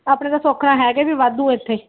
ਆਪਣੇ ਤਾਂ ਸੌਖਾ ਹੈਗੇ ਵੀ ਵਾਧੂ ਇੱਥੇ